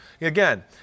Again